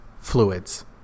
fluids